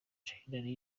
charly